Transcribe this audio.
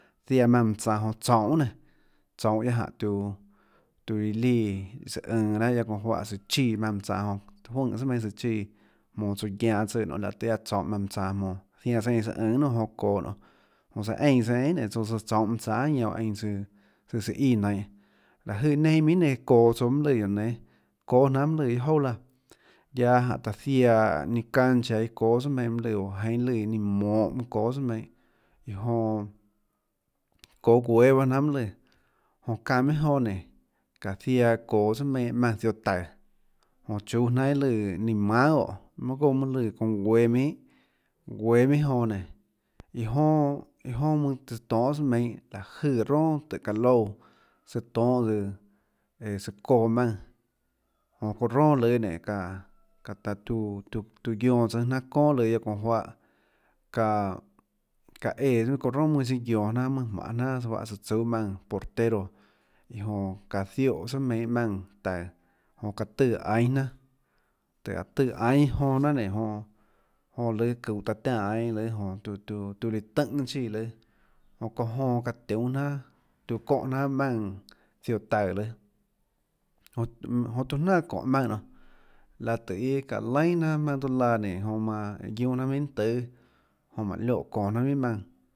Ziaã maùnã mønã tsaå jonã tsounhå nénå tsounhå guiaâ jánå tiuã tiuã iã líã tsùå ønå lahâ raâ guiaâ çounã juáhã tsøã chíã maùnã mønã tsaå jonã jonã juùnè tsùà meinhâ tsøã chíã monå tsouã guianå tsùã nionê laã tøê iâ aã tsounhå maùnã mønã tsaå jmonå zianã tsøã eínã tsøã ønå guiohà nionê jonã çoå nonê jonã tsøã eínã tsøã eínã nénå tsouã tsøã tsounhå maùnã mønã tsaå ñanã uã einã tsøã tsøã íã nainhå láhå jøè neinâ minhà nenã mønâ çoå tsouã mønâ lùã guióå nénâ çóâ jnanhà mønâ lùã iâ jouà laã guióå nénâ guiaâ jánhå taã ziaã ninâ cancha iâ çóâ tsùà meinhâ mønâ lùã oã jenhâ lùã ninã monhå mønâ çóâ tsùà meinhâ iã jonã çóâ guéâ jnanhà mønâ lùã jonã çanã minhà jonã nénå çáå ziaã çoå tsùà meinhâ maùnã ziohå taùå jonã chúâ jnanhà iâ lùã ninã mánhà goè iâ goà mønâ lùã çounã guéâ minhà guéâ minhà jonã nénå iâ jonà mønâ tsøã toønhâ tsùà meinhâ jøè ronà tùhå çaã loúã tsøã toønhâ tsøã ee tsøã çóãs maùnã jonã çounã ronà lùâ nenã çaã tuã tiuã guionã tsùnâ jnanà çónà lùâ guiaâ çounã juáhå çaã éã çounã roà mønâ guionå jnanà mønâ jmanhê jnanà tsøã juáhå tsøã tsúâ maùnã portero iã jonã zióhå tsùà meinhâ maùnã taùå jonã çaã tùã aínâ jnanà tùhå áhå tùã aínâ jnanà jonã nénå jonã lùâ çuhå taã tiánã aínâ lùâ jonã tiuã tuiã líã tùnhå chíã lùâ çóhå jonã çaã tiunê jnanà çóhå jnanà maùnã ziohå taùå lùâ jonã jonã tiuã jnanà çóhå maùnã laã iâ tøê iâ çáhå laínâ jnanà tiuã laã nénå joã manã guiunâ jnanà minhà niunà tùâ jonã manã loè çonå jnanà minhà maùnã guiaâ.